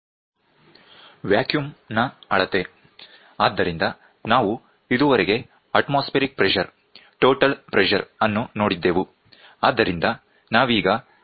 ವ್ಯಾಕ್ಯೂಮ್ನ ಅಳತೆ ಆದ್ದರಿಂದ ನಾವು ಇದುವರೆಗೆ ಅತ್ಮೋಸ್ಫೇರಿಕ್ ಪ್ರೆಷರ್ ಟೋಟಲ್ ಪ್ರೆಷರ್ ಅನ್ನು ನೋಡಿದ್ದೆವು